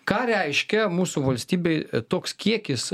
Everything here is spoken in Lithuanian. ką reiškia mūsų valstybei toks kiekis